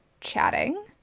chatting